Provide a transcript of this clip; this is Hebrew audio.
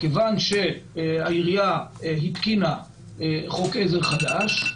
מכיוון שהעירייה התקינה חוק עזר חדש,